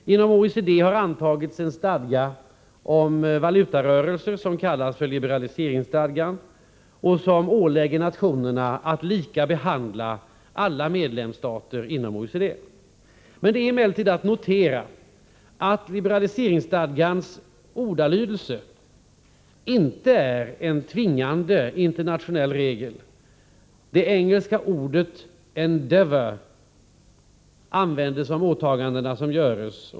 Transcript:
Inom OECD har det antagits en stadga om valutarörelser som kallas för liberaliseringsstadgan och som ålägger nationerna att lika behandla alla medlemsstater inom OECD. Det är emellertid att notera att liberaliseringstadgans ordalydelse inte innebär en tvingande internationell regel. Det engelska ordet endeavour används om åtaganden som görs.